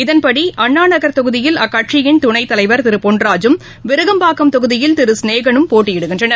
இதன்படி அண்ணாநகர் தொகுதியில் அக்கட்சியின் துணைத்தலைவர் திருபொன்ராஜும் விருகம்பாக்கம் தொகுதியில் திருசிநேகனும் போட்டியிடுகின்றனர்